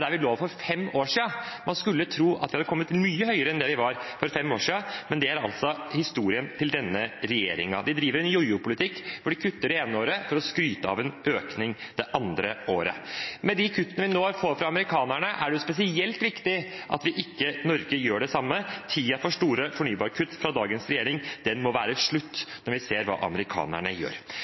der vi var for fem år siden, men det er altså historien til denne regjeringen. De driver en jojopolitikk hvor de kutter det ene året for å skryte av en økning det andre året. Med de kuttene vi nå får fra amerikanerne, er det spesielt viktig at Norge ikke gjør det samme. Tiden for store fornybarkutt fra dagens regjering må være slutt når vi ser hva amerikanerne gjør.